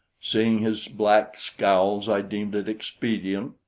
seeing his black scowls, i deemed it expedient,